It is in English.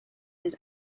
his